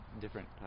different